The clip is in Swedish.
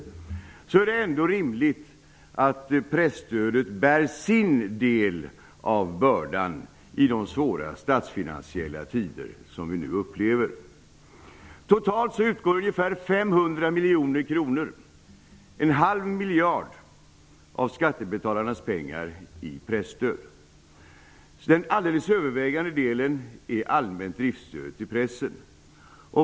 Trots detta har regeringssidan ansett att det är rimligt att presstödet skall bära sin del av bördan i de svåra statsfinansiella tider som vi nu upplever. Totalt utgår ungefär 500 miljoner kronor, en halv miljard av skattebetalarnas pengar, i presstöd. Den alldeles övervägande delen är allmänt driftsstöd till pressen.